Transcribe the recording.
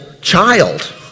child